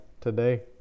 today